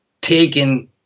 taking